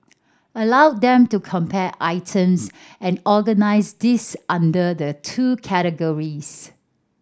allow them to compare items and organise these under the two categories